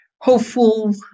hopeful